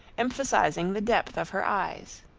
emphasizing the depth of her eyes.